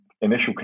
initial